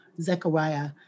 Zechariah